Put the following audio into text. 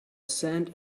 sand